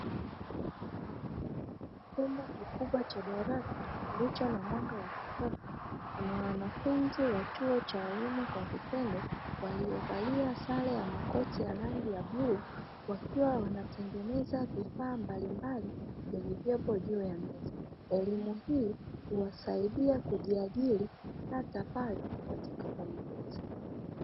Chumba kikubwa cha darasa kilicho na mwanga wa kutosha kuna wanafunzi wa chuo cha walimu kwa vitendo, waliovalia sare ya makoti ya rangi ya bluu wakiwa wanatengeneza vifaa mbalimbali vilivyopo juu ya meza, elimu hii huwasaidia kujiajiri hata pale watakapomaliza.